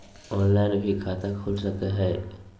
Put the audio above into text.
Online भी खाता खूल सके हय?